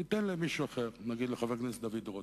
ניתן למישהו אחר, נגיד לחבר הכנסת דוד רותם,